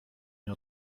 nie